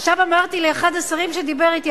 עכשיו אמרתי לאחד השרים שדיבר אתי,